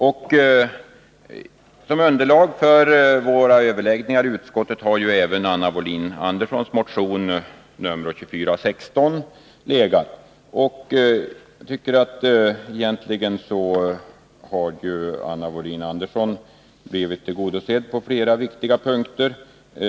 Till grund för våra överläggningar i utskottet har även motion nr 2416 av Anna Wohlin-Andersson m.fl. legat. Jag tycker att Anna Wohlin-Andersson egentligen har blivit tillgodosedd på flera viktiga punkter.